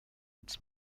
its